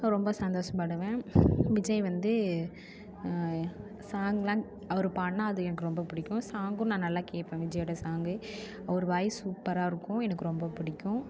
ரொம்ப சந்தோஷப்படுவேன் விஜய் வந்து சாங்லாம் அவர் பாட்னா அது எனக்கு ரொம்ப பிடிக்கும் சாங்கு நான் நல்லா கேப்பேன் விஜயோட சாங்கு அவர் வாய்ஸ் சூப்பராக இருக்கும் எனக்கு ரொம்ப பிடிக்கும்